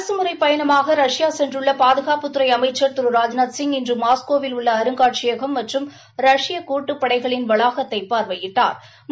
அரசுமுறைப் பயணமாக ரஷ்யா சென்றுள்ள பாதுகாப்புத்துறை அமைச்சர் திரு ராஜ்நாத்சிங் இன்று மாஸ்கோவில் உள்ள அருங்காட்சியகம் மற்றும் ரஷ்ய கூட்டுப் படைகளின் வளாகத்தை பார்வையிடட்ாா்